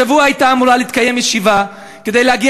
השבוע הייתה אמורה להתקיים ישיבה כדי להגיע